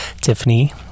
Tiffany